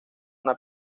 una